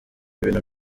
ibintu